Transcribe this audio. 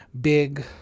big